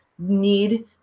need